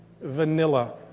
vanilla